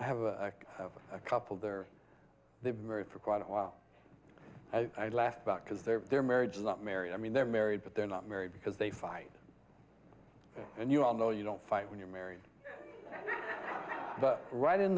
i have a have a couple there they marry for quite a while i laugh about because they're their marriage not married i mean they're married but they're not married because they fight and you all know you don't fight when you're married but right in